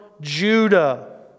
Judah